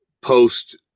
post